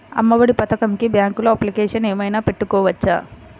అమ్మ ఒడి పథకంకి బ్యాంకులో అప్లికేషన్ ఏమైనా పెట్టుకోవచ్చా?